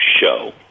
show